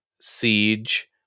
Siege